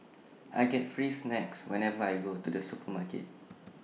I get free snacks whenever I go to the supermarket